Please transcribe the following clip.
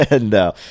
no